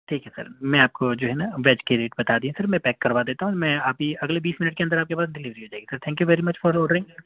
ٹھیک ہے سر میں آپ کو جو ہے نہ ویج کے ریٹ بتا دیے سر میں پیک کروا دیتا ہوں میں آپ ہی اگلے بیس منٹ کے اندر آپ کے پاس ڈلیوری ہو جائے گی sir thank who sir very much for ordering